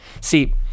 See